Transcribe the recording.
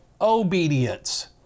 obedience